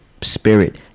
spirit